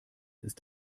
ist